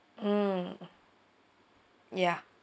mm yeah